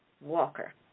Walker